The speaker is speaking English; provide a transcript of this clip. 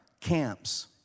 camps